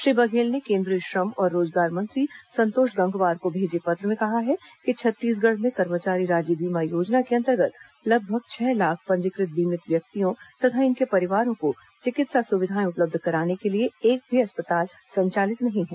श्री बघेल ने केंद्रीय श्रम और रोजगार मंत्री संतोष गंगवार को भेजे पत्र में कहा है कि छत्तीसगढ़ में कर्मचारी राज्य बीमा योजना के अंतर्गत लगभग छह लाख पंजीकृत बीमित व्यक्तियों तथा इनके परिवारों को चिकित्सा सुविधाएं उपलब्ध कराने के लिए एक भी अस्पताल संचालित नहीं है